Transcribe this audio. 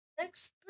next